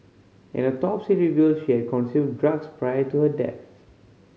an autopsy revealed she had consumed drugs prior to her death